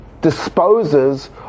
disposes